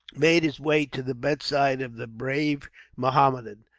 made his way to the bedside of the brave mohammedan.